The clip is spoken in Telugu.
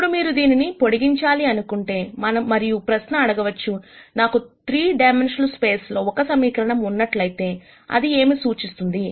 ఇప్పుడు మీరు దీనిని పొడిగించాలి అనుకుంటేమరియు ప్రశ్నఅడగవచ్చు నాకు 3 డైమెన్షనల్ స్పేస్ లో ఒక సమీకరణము ఉన్నట్లయితే అది ఏమి సూచిస్తుంది